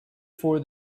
for